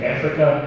Africa